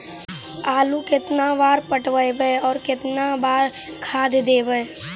आलू केतना बार पटइबै और केतना बार खाद देबै?